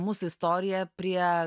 mūsų istoriją prie